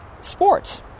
sports